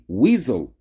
weasel